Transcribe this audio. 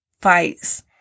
fights